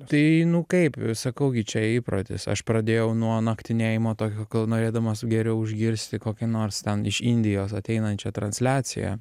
tai nu kaip sakau gi čia įprotis aš pradėjau nuo naktinėjimo tok kol norėdamas geriau išgirsti kokią nors ten iš indijos ateinančią transliaciją